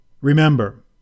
Remember